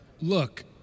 look